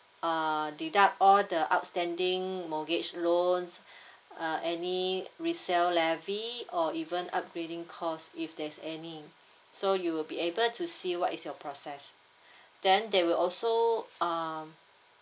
uh deduct all the outstanding mortgage loans uh any resell levy or even upgrading cost if there's any so you'll be able to see what is your process then they will also um